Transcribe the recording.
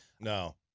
No